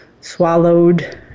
swallowed